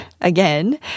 again